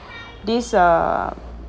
this err